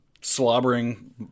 slobbering